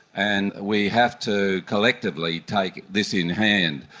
and we have to collectively take this in hand.